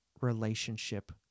relationship